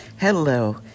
Hello